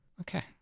Okay